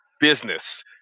business